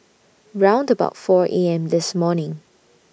round about four A M This morning